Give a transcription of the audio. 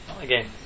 Again